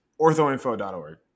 orthoinfo.org